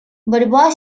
борьба